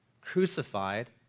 crucified